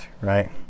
right